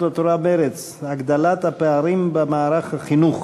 התורה ומרצ: הגדלת הפערים במערך החינוך,